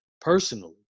personally